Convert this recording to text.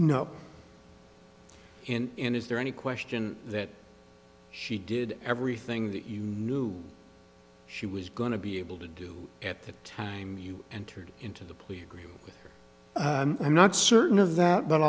no and is there any question that she did everything that you knew she was going to be able to do at the time you entered into the plea agreement i'm not certain of that but